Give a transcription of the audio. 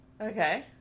Okay